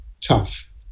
tough